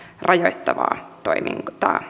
rajoittavaa toimintaa